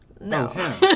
No